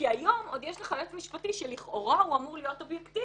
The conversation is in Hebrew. כי היום עוד יש לך יועץ משפטי שלכאורה אמור להיות אובייקטיבי.